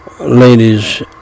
ladies